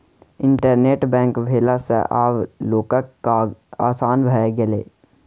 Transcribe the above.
internet bank भेला सँ आब लोकक काज आसान भए गेलै